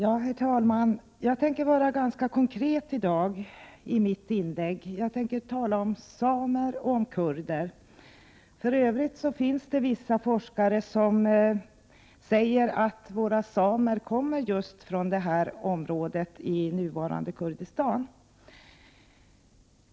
Herr talman! Jag tänker vara ganska konkret i dag; jag tänker tala om samer och om kurder. För övrigt finns det vissa forskare som säger att våra samer kommer från just det område som vi nu kallar Kurdistan.